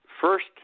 First